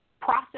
process